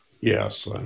Yes